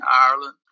Ireland